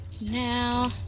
Now